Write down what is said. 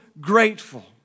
grateful